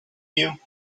you